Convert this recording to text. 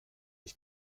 ich